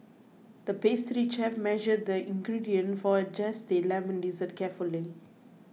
the pastry chef measured the ingredients for a Zesty Lemon Dessert carefully